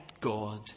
God